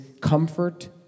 comfort